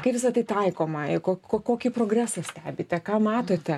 kaip visa tai taikoma ir ko kokį progresą stebite ką matote